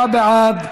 27 בעד,